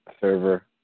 server